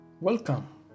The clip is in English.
Welcome